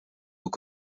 aux